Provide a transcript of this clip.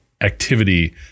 activity